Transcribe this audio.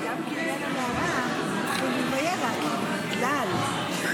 אבל גם כי עניין המערה, זה וירא, כי בגלל העקדה,